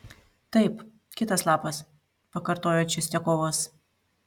taip kitas lapas pakartojo čistiakovas